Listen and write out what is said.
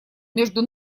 между